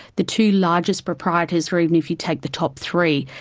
the two largest proprietors, or even if you take the top three,